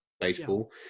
baseball